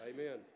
Amen